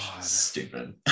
stupid